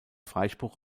freispruch